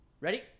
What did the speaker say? Ready